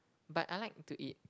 but I like to eat